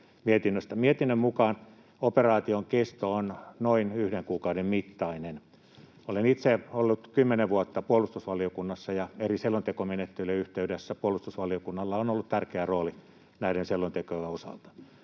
Mietinnön mukaan operaation kesto on noin yhden kuukauden mittainen. Olen itse ollut kymmenen vuotta puolustusvaliokunnassa, ja eri selontekomenettelyjen yhteydessä puolustusvaliokunnalla on ollut tärkeä rooli näiden selontekojen osalta.